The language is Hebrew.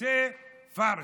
יוצא פארש.